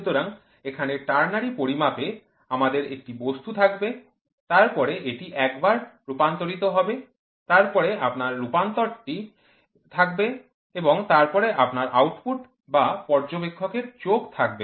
সুতরাং এখানে টার্নারি পরিমাপে আমাদের একটি বস্তু থাকবে তারপরে এটি একবার রূপান্তরিত হবে তারপরে আপনার রূপান্তরিত মানটি থাকবে এবং তারপরে আপনার আউটপুট বা পর্যবেক্ষকের চোখ থাকবে